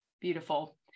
beautiful